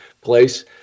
place